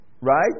Right